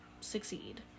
succeed